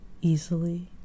easily